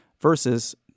versus